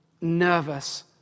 nervous